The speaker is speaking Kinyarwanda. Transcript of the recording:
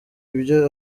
ibyo